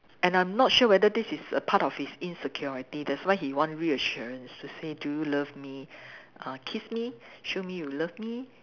and I'm not sure whether this is a part of his insecurity that's why he want reassurance to say do you love me uh kiss me show me you love me